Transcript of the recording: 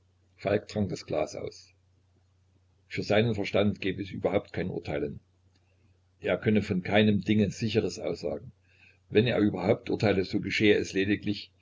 falk trank das glas aus für seinen verstand gebe es überhaupt kein urteilen er könne von keinem dinge sicheres aussagen wenn er überhaupt urteile so geschehe es lediglich